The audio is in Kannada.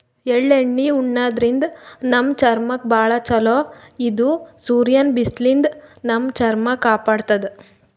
ಎಳ್ಳಣ್ಣಿ ಉಣಾದ್ರಿನ್ದ ನಮ್ ಚರ್ಮಕ್ಕ್ ಭಾಳ್ ಛಲೋ ಇದು ಸೂರ್ಯನ್ ಬಿಸ್ಲಿನ್ದ್ ನಮ್ ಚರ್ಮ ಕಾಪಾಡತದ್